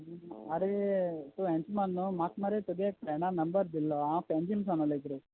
आरे तूं येचमान न्हू म्हाका मरे तुगे एका फ्रेंडा नंबर दिल्लो हांव पेन्जीम सावन उलयता रे